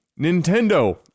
Nintendo